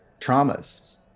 traumas